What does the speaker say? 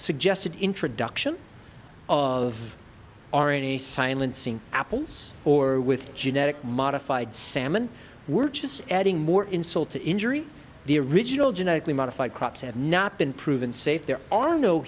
suggested introduction of r n a silencing apples or with genetic modified salmon we're just adding more insult to injury the original genetically modified crops have not been proven safe there are no